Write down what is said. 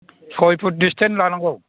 सय foot distance लानांगौ